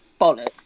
bollocks